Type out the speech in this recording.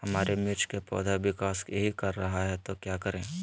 हमारे मिर्च कि पौधा विकास ही कर रहा है तो क्या करे?